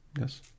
Yes